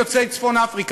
גם ילדים יוצאי צפון-אפריקה,